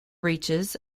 reaches